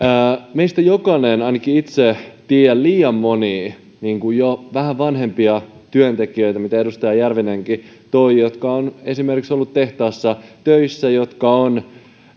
meistä jokainen tietää ainakin itse tiedän liian monia jo vähän vanhempia työntekijöitä mitä edustaja järvinenkin toi esille jotka ovat esimerkiksi olleet tehtaassa töissä jotka on